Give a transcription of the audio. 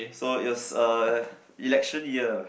so it was uh election year lah